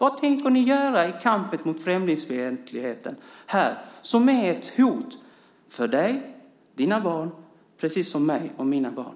Vad tänker ni göra i kampen mot främlingsfientligheten, som är ett hot mot dig och dina barn precis som den är ett hot mot mig och mina barn?